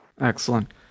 Excellent